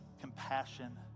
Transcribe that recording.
compassion